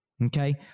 Okay